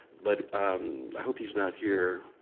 but i hope he's not here.